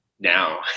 now